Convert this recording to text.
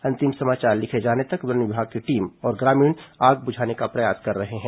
अंतिम समाचार लिखे जाने तक वन विभाग की टीम और ग्रामीण आग बुझाने का प्रयास कर रहे हैं